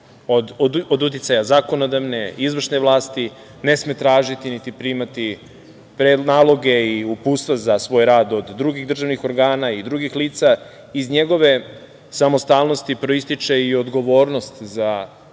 od uticaja zakonodavne, izvršne vlasti, ne sme tražiti niti primati prednaloge i uputstva za svoj rad od drugih državnih organa i drugih lica. Iz njegove samostalnosti proističe i odgovornost za vršenje